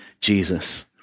Jesus